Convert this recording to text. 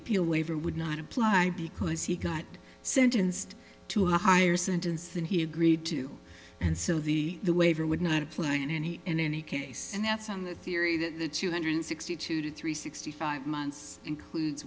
appeal waiver would not apply because he got sentenced to a higher sentence than he agreed to and so the waiver would not apply in any in any case and that's on the theory that the two hundred sixty two to three sixty five months includes